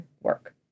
work